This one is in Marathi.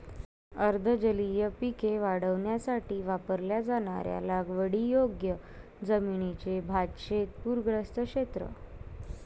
अर्ध जलीय पिके वाढवण्यासाठी वापरल्या जाणाऱ्या लागवडीयोग्य जमिनीचे भातशेत पूरग्रस्त क्षेत्र